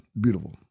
beautiful